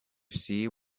see